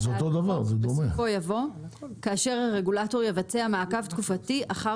בסופו יבוא 'כאשר הרגולטור יבצע מעקב תקופתי אחר